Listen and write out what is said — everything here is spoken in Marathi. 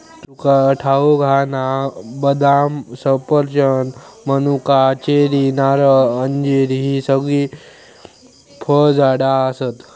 तुका ठाऊक हा ना, बदाम, सफरचंद, मनुका, चेरी, नारळ, अंजीर हि सगळी फळझाडा आसत